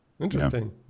Interesting